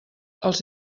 els